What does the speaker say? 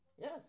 Yes